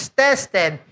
tested